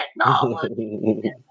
technology